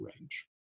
range